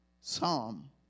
Psalm